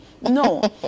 no